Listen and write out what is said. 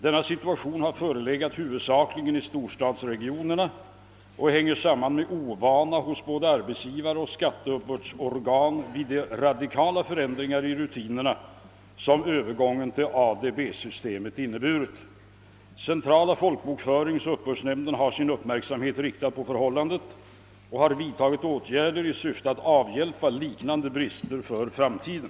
Denna situation har förelegat huvudsakligen i storstadsregionerna och hänger samman med ovana hos både arbetsgivare och skatteuppbördsorgan vid de radikala förändringar i rutinerna som övergången till ADB-systemet inneburit. Centrala folkbokföringsoch uppbördsnämnden har sin uppmärksamhet riktad på förhållandet och har vidtagit åtgärder i syfte att avhjälpa liknande brister för framtiden.